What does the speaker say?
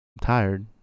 tired